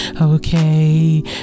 okay